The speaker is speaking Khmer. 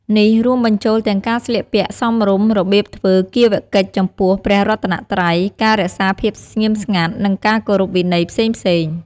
ការណែនាំនេះធ្វើឡើងក្នុងគោលបំណងរក្សាសណ្ដាប់ធ្នាប់ និងភាពថ្លៃថ្នូរនៃទីអារាម។